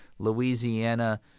Louisiana